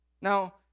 Now